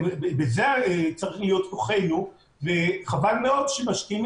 וצריך לומר ליושב-ראש שהיו פעמים שלא קיבלנו את